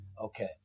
Okay